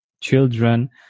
children